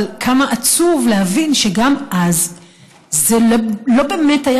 אבל כמה עצוב להבין שגם אז זה לא באמת היה